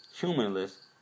humanless